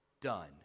done